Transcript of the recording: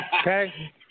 Okay